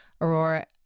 aurora